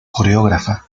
coreógrafa